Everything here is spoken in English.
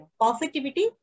positivity